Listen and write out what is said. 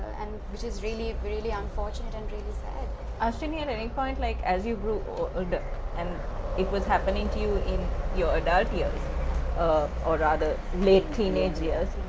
and which is really really unfortunate and really sad ashwini, at any point like, as you grew older and it was happening to you in your adult years or rather late teenage years.